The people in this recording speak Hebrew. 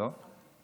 גם אני.